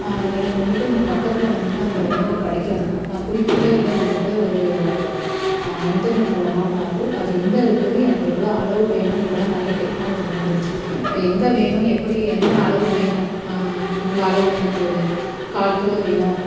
எனக்கு வந்துட்டு இங்கே பக்கத்தில் வந்துட்டு அந்த உணவு கிடைக்கலனா நான் குறிப்பிட்ட இதை வந்துட்டு ஒரு இன்டர்நெட் மூலமாக பார்த்து அது எங்க இருக்குது எனக்கு எவ்ளோ அளவு வேணும் இப்போலாம் நிறைய டெக்னாலஜி வளர்ந்துருச்சி ஸோ எங்கே வேணும் எப்படி என்ன அளவு வேணும் இவ்வளோ அளவு எனக்கு ஒரு கால் கிலோ வேணும்